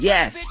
Yes